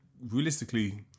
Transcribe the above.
realistically